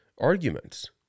arguments